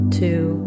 two